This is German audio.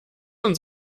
uns